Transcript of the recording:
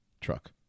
truck